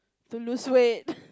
to lose weight